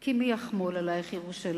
כי מי יחמול עלייך ירושלים,